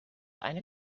eine